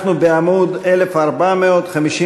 אנחנו בעמוד 1453,